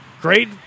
Great